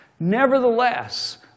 Nevertheless